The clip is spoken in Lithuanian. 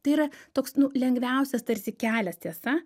tai yra toks nu lengviausias tarsi kelias tiesa